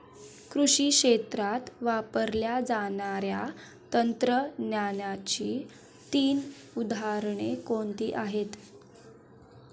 कृषी क्षेत्रात वापरल्या जाणाऱ्या तंत्रज्ञानाची तीन उदाहरणे कोणती आहेत?